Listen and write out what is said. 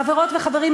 חברות וחברים,